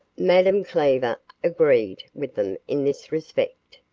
madame cleaver agreed with them in this respect.